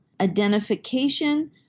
identification